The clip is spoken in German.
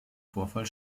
vorfall